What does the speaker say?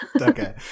Okay